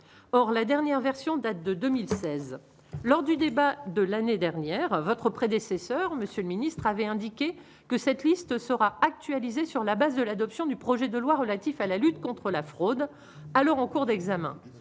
or la dernière version date de 2016 lors du débat de l'année dernière, votre prédécesseur, monsieur le ministre, avait indiqué que cette liste sera actualisée sur la base de l'adoption du projet de loi relatif à la lutte contre la fraude, alors en cours d'examen